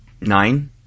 Nine